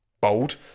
bold